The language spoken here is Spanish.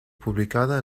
publicada